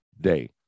day